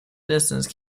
distance